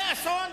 זה אסון.